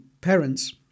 parents